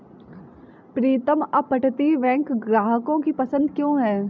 प्रीतम अपतटीय बैंक ग्राहकों की पसंद क्यों है?